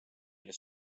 olid